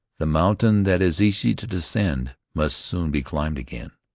the mountain that is easy to descend must soon be climbed again.